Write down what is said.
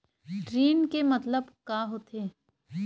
ऋण के मतलब का होथे?